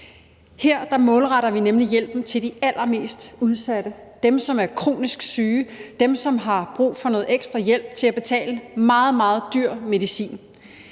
Her målretter vi nemlig hjælpen til de allermest udsatte – dem, som er kronisk syge, dem, som har brug for noget ekstra hjælp til at betale meget, meget dyr medicin.